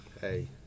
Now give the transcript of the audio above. Hey